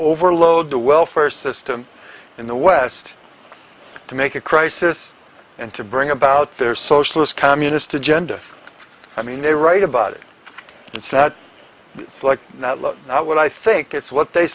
overload the welfare system in the west to make a crisis and to bring about their socialist communist agenda i mean they write about it it's not like that look at what i think it's what they